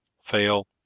fail